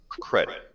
credit